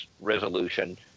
resolution